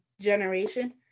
generation